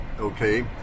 Okay